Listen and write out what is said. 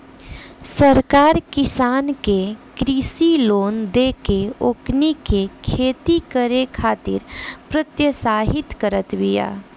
सरकार किसान के कृषि लोन देके ओकनी के खेती करे खातिर प्रोत्साहित करत बिया